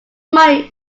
money